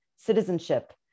Citizenship